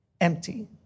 Empty